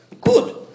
Good